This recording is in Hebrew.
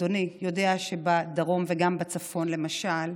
אדוני יודע שבדרום וגם בצפון, למשל,